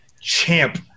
champ